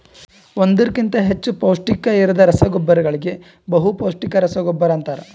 ಒಂದುರ್ ಕಿಂತಾ ಹೆಚ್ಚ ಪೌಷ್ಟಿಕ ಇರದ್ ರಸಗೊಬ್ಬರಗೋಳಿಗ ಬಹುಪೌಸ್ಟಿಕ ರಸಗೊಬ್ಬರ ಅಂತಾರ್